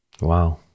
wow